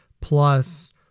plus